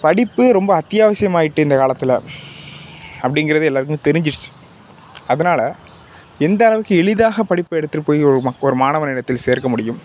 படிப்பு ரொம்ப அத்தியாவசியமாக ஆகிட்டு இந்தக் காலத்தில் அப்படிங்கிறது எல்லோருக்குமே தெரிஞ்சுருச்சு அதனால் எந்த அளவுக்கு எளிதாக படிப்பை எடுத்துட்டு போய் ஒரு ஒரு மாணவனிடத்தில் சேர்க்க முடியும்